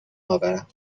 آورم